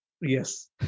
yes